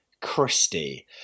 Christie